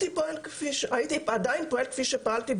הייתי עדיין פועל כפי שפעלתי,